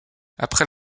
après